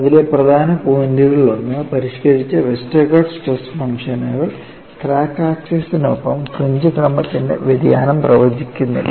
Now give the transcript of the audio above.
അതിലെ പ്രധാന പോയിന്റുകളിലൊന്ന് പരിഷ്കരിച്ച വെസ്റ്റർഗാർഡ് സ്ട്രെസ് ഫംഗ്ഷനുകൾ ക്രാക്ക് ആക്സിസിനൊപ്പം ഫ്രിഞ്ച് ക്രമത്തിന്റെ വ്യതിയാനം പ്രവചിക്കുന്നില്ല